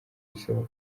bisaba